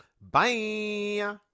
Bye